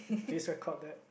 please record that